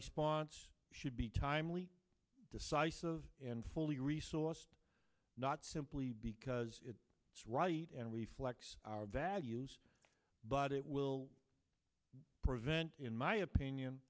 response should be timely decisive and fully resourced not simply because it is right and we flex our values but it will prevent in my opinion